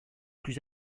plus